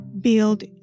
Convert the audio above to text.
Build